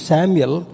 Samuel